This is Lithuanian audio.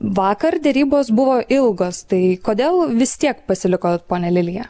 vakar derybos buvo ilgos tai kodėl vis tiek pasilikot ponia lilija